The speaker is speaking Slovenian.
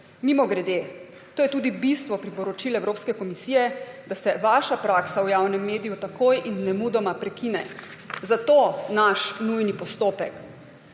Mimogrede, to je tudi bistvo priporočil Evropske komisije, da se vaša praksa v javnem mediju takoj in nemudoma prekine. Zato je naš nujni postopek.